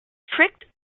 tricked